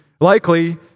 likely